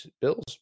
Bills